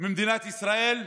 ממדינת ישראל,